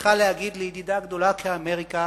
צריכה להגיד לידידה גדולה כאמריקה